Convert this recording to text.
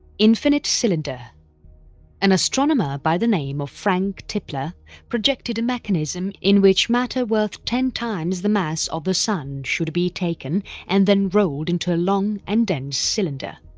infinite cylinder an astronomer by the name of frank tipler projected a mechanism in which matter worth ten times the mass of the sun should be taken and then rolled into a long and dense cylinder.